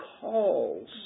calls